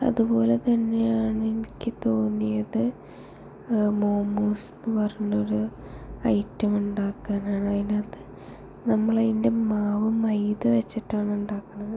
അതുപോലെ തന്നെയാണ് എനിക്ക് തോന്നിയത് മോമോസ്ന്നു പറഞ്ഞ ഒരു ഐറ്റം ഉണ്ടാക്കാനാണ് അതിനകത്ത് നമ്മളെ അതിൻ്റെ മാവ് മൈദ വെച്ചിട്ടാണ് ഉണ്ടാക്കുന്നത്